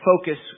focus